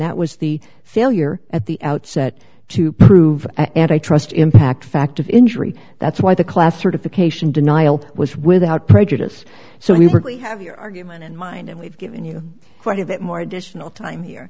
that was the failure at the outset to prove antitrust impact fact of injury that's why the class certification denial was without prejudice so we really have your argument in mind and we've given you quite a bit more additional time here